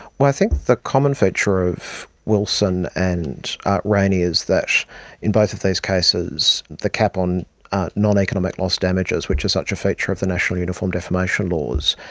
well, i think the common feature of wilson and rayney is that in both of these cases the cap on non-economic loss damages, which is such a feature of the national uniform defamation laws,